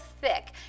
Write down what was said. thick